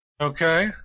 Okay